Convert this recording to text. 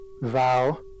vow